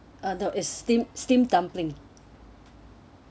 other is steam steam dumpling